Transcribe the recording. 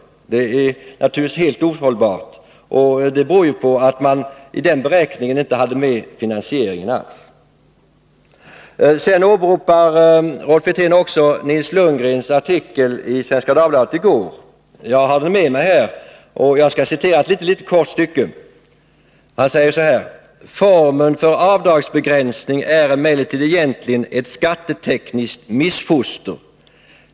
Det är naturligtvis helt ohållbart, och det beror på att man i den beräkningen inte hade med finansieringen alls. Rolf Wirtén åberopar också Nils Lundgrens artikel i Svenska Dagbladet i går. Jag har den med mig här, och jag skall citera ett litet kort stycke: ”Formen för avdragsbegränsning är emellertid egentligen ett skattetekniskt missfoster.